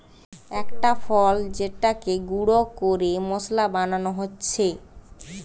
একটা ফল যেটাকে গুঁড়ো করে মশলা বানানো হচ্ছে